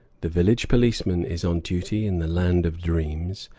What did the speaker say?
the village policeman is on duty in the land of dreams,